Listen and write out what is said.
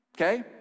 Okay